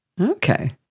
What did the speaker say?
Okay